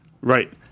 right